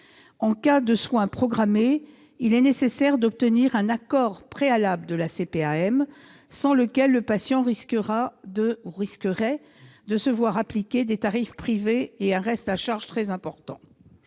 En cas de soins programmés, le patient doit nécessairement obtenir un accord préalable de la CPAM, sans lequel il risquerait de se voir appliquer des tarifs privés et un reste à charge très important.